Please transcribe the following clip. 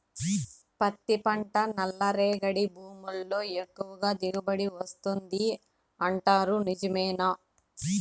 పత్తి పంట నల్లరేగడి భూముల్లో ఎక్కువగా దిగుబడి వస్తుంది అంటారు నిజమేనా